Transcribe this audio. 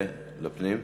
לפנים.